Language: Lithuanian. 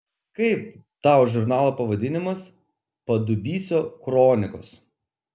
kaip tau žurnalo pavadinimas padubysio kronikos